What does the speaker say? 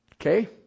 Okay